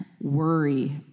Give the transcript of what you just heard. worry